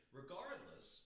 Regardless